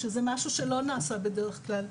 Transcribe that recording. שזה משהו שלא נעשה בדרך כלל.